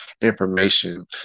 information